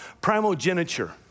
primogeniture